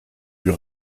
lui